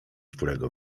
którego